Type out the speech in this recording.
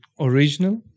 Original